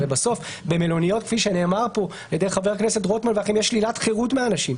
הרי במלוניות יש שלילת חירות מאנשים,